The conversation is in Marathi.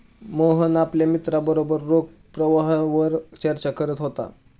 मोहन आपल्या मित्रांबरोबर रोख प्रवाहावर चर्चा करत होता